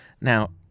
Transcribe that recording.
Now